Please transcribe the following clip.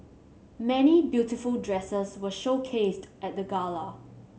many beautiful dresses were showcased at the gala